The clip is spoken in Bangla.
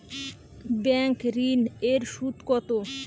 ব্যাঙ্ক ঋন এর সুদ কত?